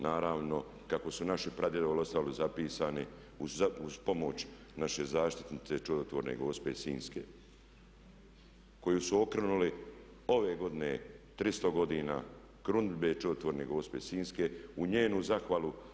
Naravno kako su naši pradjedovi ostavili zapisano uz pomoć naše zaštitnice čudotvorne gospe sinjske koju su okrunili ove godine, 300. godina krunidbe čudotvorne gospe sinjske u njenu zahvalu.